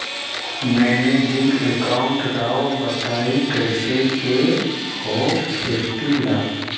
Managing account राव बताएं कैसे के हो खेती ला?